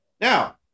Now